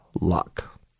luck